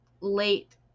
late